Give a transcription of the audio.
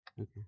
Okay